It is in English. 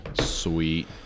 Sweet